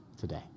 today